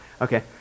Okay